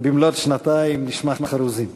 במלאות שנתיים נשמע חרוזים.